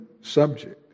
subject